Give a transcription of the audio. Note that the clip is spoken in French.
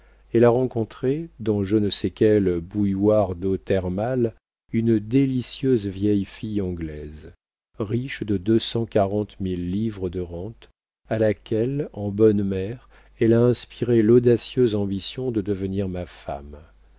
elle a rencontré dans je ne sais quelle bouilloire d'eau thermale une délicieuse vieille fille anglaise riche de deux cent quarante mille livres de rente à laquelle en bonne mère elle a inspiré l'audacieuse ambition de devenir ma femme